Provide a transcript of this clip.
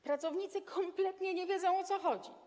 Pracownicy kompletnie nie wiedzą, o co chodzi.